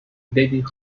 david